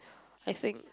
I think